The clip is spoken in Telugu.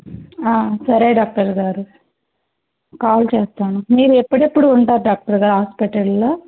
సరే డాక్టర్ గారు కాల్ చేస్తాను మీరు ఎప్పుడెప్పుడు ఉంటారు డాక్టర్ గారు హాస్పిటల్లో